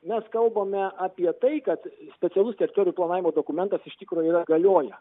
mes kalbame apie tai kad specialus teritorijų planavimo dokumentas iš tikro yra galioja